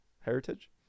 Heritage